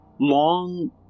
Long